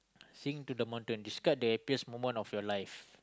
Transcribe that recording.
sing to the modern describe the happiest moment of your life